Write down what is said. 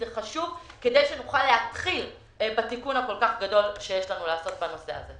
זה חשוב כדי שנוכל להתחיל בתיקון הכל כך גדול שיש לנו לעשות בנושא הזה.